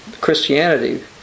Christianity